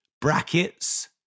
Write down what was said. brackets